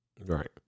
right